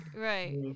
right